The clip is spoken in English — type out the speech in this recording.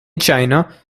china